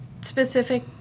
specific